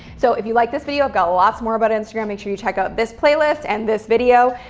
so if you liked this video, i've got lots more about instagram. make sure you check out this playlist, and this video.